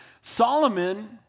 Solomon